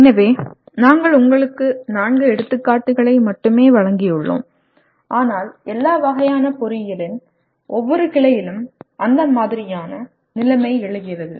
எனவே நாங்கள் உங்களுக்கு நான்கு எடுத்துக்காட்டுகளை மட்டுமே வழங்கியுள்ளோம் ஆனால் எல்லா வகையான பொறியியலின் ஒவ்வொரு கிளையிலும் அந்த மாதிரியான நிலைமை எழுகிறது